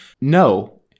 no